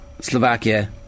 Slovakia